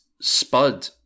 Spud